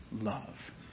love